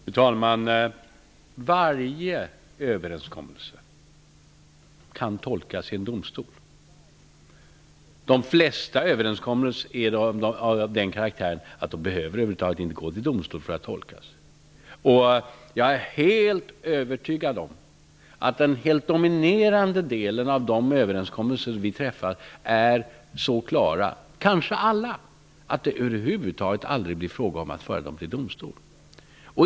Fru talman! Varje överenskommelse kan tolkas i en domstol. De flesta överenskommelser är av den karaktären att de över huvud taget inte behöver föras till domstol för att tolkas. Jag är helt övertygad om att den helt dominerande delen av, ja, kanske alla, de överenskommelser som vi träffar är så klara att det över huvud taget aldrig blir fråga om att föra dem till domstol.